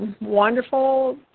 wonderful